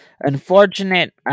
unfortunate